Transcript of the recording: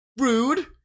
rude